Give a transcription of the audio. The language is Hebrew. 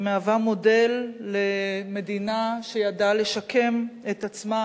היא מהווה מודל למדינה שידעה לשקם את עצמה,